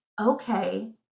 okay